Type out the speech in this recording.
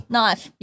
Knife